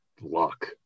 luck